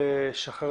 גברתי,